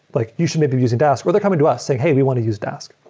like you should maybe using dask, or they're coming to us saying, hey, we want to use dask.